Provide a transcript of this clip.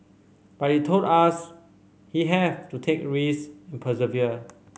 but he told us he have to take risk persevere